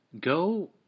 Go